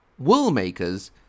woolmakers